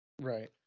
Right